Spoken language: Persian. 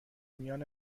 میان